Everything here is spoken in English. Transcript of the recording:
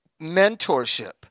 mentorship